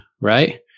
right